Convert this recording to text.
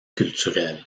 culturelle